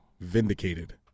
vindicated